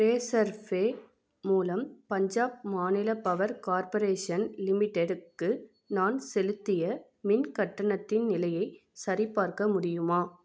ரேசர்பே மூலம் பஞ்சாப் மாநில power corporation லிமிட்டடுக்கு நான் செலுத்திய மின் கட்டணத்தின் நிலையைச் சரிபார்க்க முடியுமா